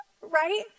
right